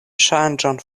ŝanĝon